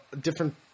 different